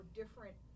different